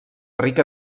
rica